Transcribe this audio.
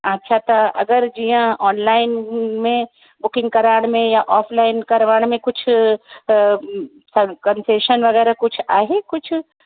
अच्छा त अगरि जीअं ऑनलाइन में बुकिंग कराइण में या ऑफ़लाइन करवाइण में कुझु कंसेशन वगै़रह कुझु आहे कुझु